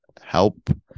help